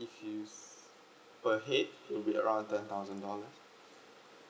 if you per head will be around ten thousand dollar